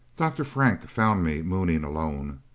dr. frank found me mooning alone.